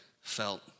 felt